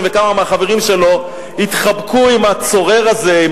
וכמה מהחברים שלו התחבקו עם הצורר הזה,